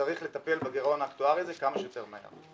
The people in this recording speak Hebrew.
צריך לטפל בגירעון האקטוארי הזה כמה שיותר מהר.